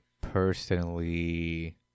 personally